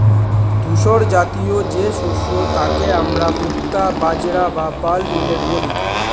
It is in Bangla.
ধূসরজাতীয় যে শস্য তাকে আমরা মুক্তা বাজরা বা পার্ল মিলেট বলি